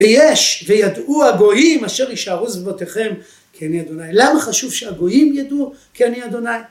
ויש וידעו הגויים אשר יישארו זוועותיכם כי אני אדוני. למה חשוב שהגויים ידעו? כי אני אדוני.